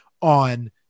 on